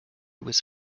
was